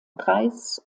kreis